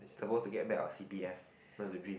supposed to get back our C_P_F what is your dream